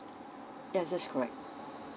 yes that's correct